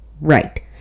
Right